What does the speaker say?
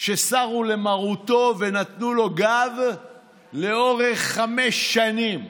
שסרו למרותו ונתנו לו גב לאורך חמש שנים,